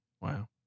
Wow